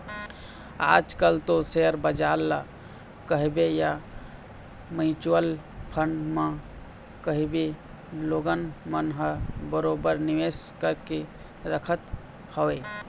आज कल तो सेयर बजार ल कहिबे या म्युचुअल फंड म कहिबे लोगन मन ह बरोबर निवेश करके रखत हवय